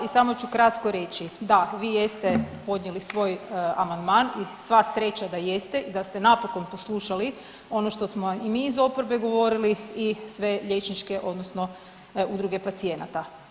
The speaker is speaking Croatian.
I samo ću kratko reći, da vi jeste podnijeli svoj amandman i sva sreća da jeste i da ste napokon poslušali ono što smo vam mi iz oporbe govorili i sve liječničke odnosno udruge pacijenata.